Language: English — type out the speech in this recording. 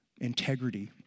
integrity